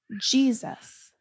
Jesus